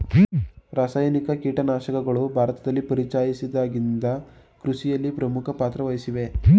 ರಾಸಾಯನಿಕ ಕೀಟನಾಶಕಗಳು ಭಾರತದಲ್ಲಿ ಪರಿಚಯಿಸಿದಾಗಿನಿಂದ ಕೃಷಿಯಲ್ಲಿ ಪ್ರಮುಖ ಪಾತ್ರ ವಹಿಸಿವೆ